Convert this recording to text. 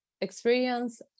experience